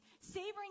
savoring